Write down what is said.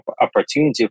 opportunity